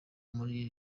muri